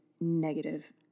negative